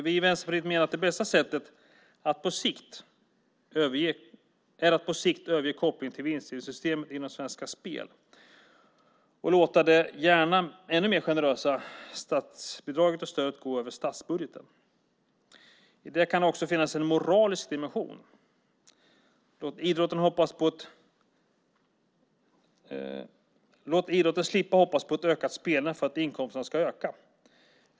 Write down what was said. Vi i Vänsterpartiet menar att det bästa sättet är att på sikt överge kopplingen till vinstdelningssystemet inom Svenska Spel och låta det gärna ännu generösare statsbidraget gå över statsbudgeten. I detta kan det också finnas en moralisk dimension. Låt idrotten slippa hoppas på ett ökat spelande för att inkomsterna ska öka.